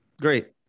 Great